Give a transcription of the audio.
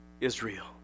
Israel